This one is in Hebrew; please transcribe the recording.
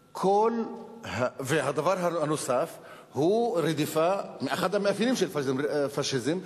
הדבר הנוסף שהוא אחד מהמאפיינים של פאשיזם,